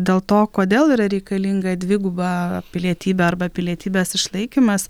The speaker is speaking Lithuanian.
dėl to kodėl yra reikalinga dviguba pilietybė arba pilietybės išlaikymas